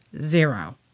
zero